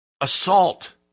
assault